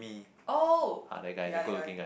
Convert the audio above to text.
oh ya that guy